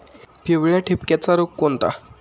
पिवळ्या ठिपक्याचा रोग कोणता?